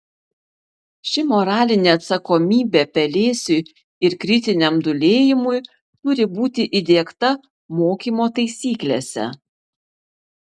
ši moralinė atsakomybė pelėsiui ir kritiniam dūlėjimui turi būti įdiegta mokymo taisyklėse